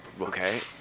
Okay